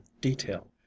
detail